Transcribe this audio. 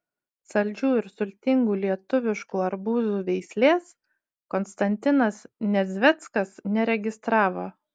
saldžių ir sultingų lietuviškų arbūzų veislės konstantinas nedzveckas neregistravo